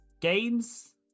games